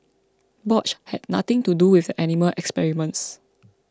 Bosch had nothing to do with the animal experiments